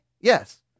Yes